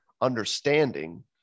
understanding